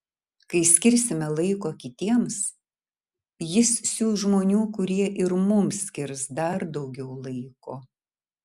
kai skirsime laiko kitiems jis siųs žmonių kurie ir mums skirs dar daugiau laiko